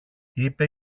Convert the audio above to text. είπε